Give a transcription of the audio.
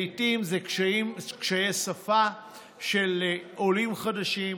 לעיתים אלה קשיי שפה של עולים חדשים,